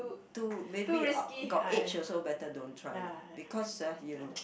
too maybe uh got age also better don't try lah because ah you